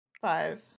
five